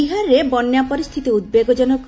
ବିହାରରେ ବନ୍ୟା ପରିସ୍ଥିତି ଉଦ୍ବେଗଜନକ